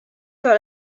par